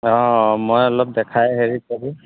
অঁ মই অলপ দেখাই হেৰি কৰিম